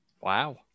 Wow